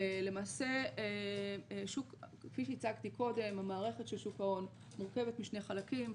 למעשה כפי שהצגתי קודם המערכת של שוק ההון מורכבת משני חלקים,